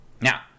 now